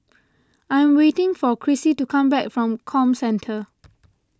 I am waiting for Crissy to come back from Comcentre